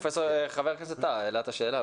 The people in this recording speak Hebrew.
חבר הכנסת טאהא העלה את השאלה,